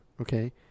okay